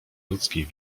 ludzkiej